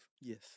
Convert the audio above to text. Yes